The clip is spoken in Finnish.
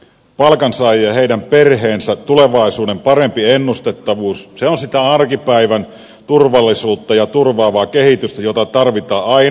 palkansaajien ja heidän perheidensä tulevaisuuden parempi ennustettavuus on sitä arkipäivän turvallisuutta ja turvaavaa kehitystä jota tarvitaan aina